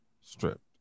stripped